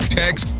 text